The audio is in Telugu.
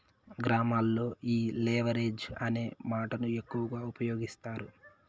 గ్రామాల్లో ఈ లెవరేజ్ అనే మాటను ఎక్కువ ఉపయోగిస్తారు